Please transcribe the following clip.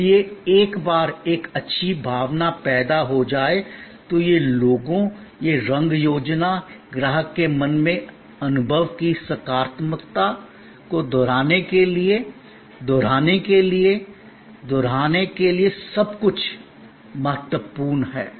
इसलिए एक बार एक अच्छी भावना पैदा हो जाए तो यह लोगो यह रंग योजना ग्राहक के मन में अनुभव की सकारात्मकता को दोहराने के लिए दोहराने के लिए दोहराने के लिए सब कुछ महत्वपूर्ण है